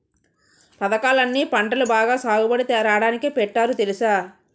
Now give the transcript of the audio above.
పదకాలన్నీ పంటలు బాగా సాగుబడి రాడానికే పెట్టారు తెలుసా?